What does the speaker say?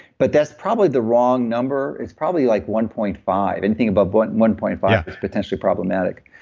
but that's probably the wrong number. it's probably like one point five, anything above one one point five is potentially problematic